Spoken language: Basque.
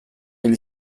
hil